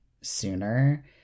sooner